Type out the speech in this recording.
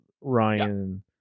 Ryan